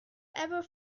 ever